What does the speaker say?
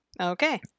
Okay